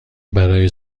برای